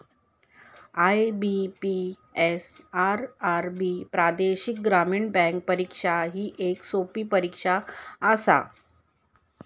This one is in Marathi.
आई.बी.पी.एस, आर.आर.बी प्रादेशिक ग्रामीण बँक परीक्षा ही येक सोपी परीक्षा आसा